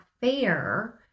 fair